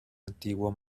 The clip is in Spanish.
antiguo